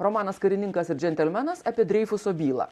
romanas karininkas ir džentelmenas apie dreifuso bylą